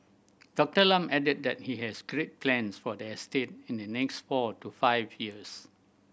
Doctor Lam added that he has great plans for the estate in the next four to five years